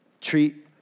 treat